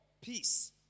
peace